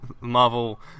Marvel